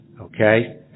Okay